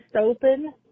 open